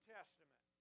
Testament